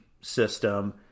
system